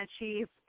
achieve